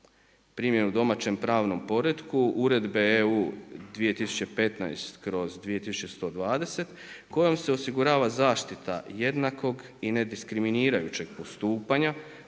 primjenu u domaćem pravnom poretku uredbe EU 2015/2120 kojom se osigurava zaštita jednakog i nediskriminirajućeg postupanja